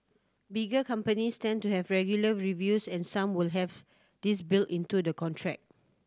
bigger companies tend to have regular reviews and some will have this built into the contract